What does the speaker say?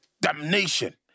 damnation